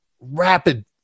rapid